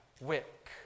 wick